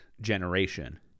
generation